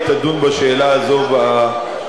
היא תדון בשאלה הזאת בוועדה.